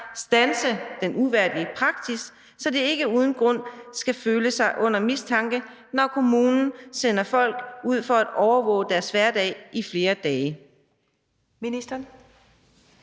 standse den uværdige praksis, så de ikke uden grund skal føle sig under mistanke, når kommunen sender folk ud for at overvåge deres hverdag i flere dage? Skriftlig